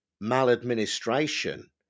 maladministration